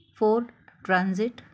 ford transit